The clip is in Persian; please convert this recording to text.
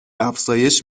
افزایش